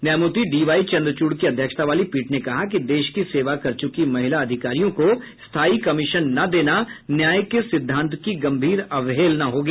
न्यायमूर्ति डीवाई चन्द्रचूड की अध्यक्षता वाली पीठ ने कहा कि देश की सेवा कर चुकी महिला अधिकारियों को स्थायी कमीशन न देना न्याय के सिद्धान्त की गंभीर अवहेलना होगी